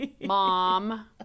mom